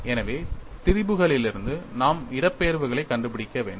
எனவே திரிபுகளிலிருந்து நாம் இடப்பெயர்வுகளைக் கண்டுபிடிக்க வேண்டும்